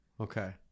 Okay